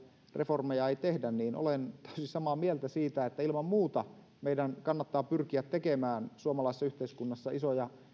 reformeja ei tehdä olen täysin samaa mieltä siitä että ilman muuta meidän kannattaa pyrkiä tekemään suomalaisessa yhteiskunnassa isoja